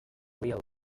real